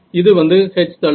இது வந்து H தளம்